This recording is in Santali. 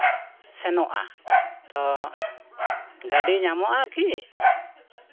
ᱥᱮᱱᱚᱜᱼᱟ ᱛᱚ ᱜᱟᱹᱰᱤ ᱧᱟᱢᱚᱜᱼᱟ ᱠᱤ